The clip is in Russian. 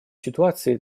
ситуации